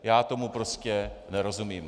Já tomu prostě nerozumím.